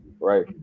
Right